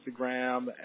Instagram